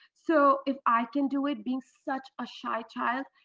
so if i can do it, being such a shy child,